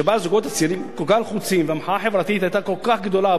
שבה הזוגות הצעירים כל כך לחוצים והמחאה החברתית היתה כל כך גדולה,